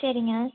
சரிங்க